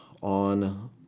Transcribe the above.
on